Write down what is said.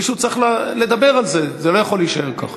מישהו צריך לדבר על זה, זה לא יכול להישאר ככה.